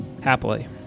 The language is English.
Happily